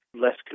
less